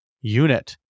unit